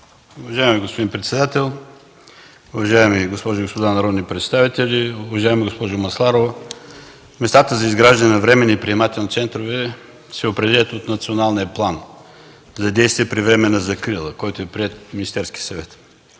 Уважаеми господин председател, уважаеми госпожи и господа народни представители! Уважаема госпожо Масларова, местата за изграждане на временни приемателни центрове се определят от Националния план за действие при временна закрила, приет от Министерския съвет.